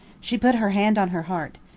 she put her hand on her heart.